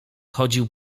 chodził